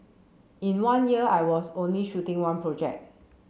in one year I was only shooting one project